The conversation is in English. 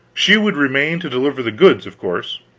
she would remain to deliver the goods, of course.